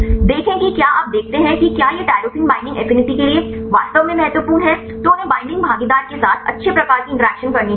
देखें कि क्या आप देखते हैं कि क्या ये टाइरोसिन बईंडिंग एफिनिटी के लिए वास्तव में महत्वपूर्ण है तो उन्हें बईंडिंग भागीदार के साथ अच्छे प्रकार की इंटरैक्शन करनी चाहिए